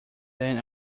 then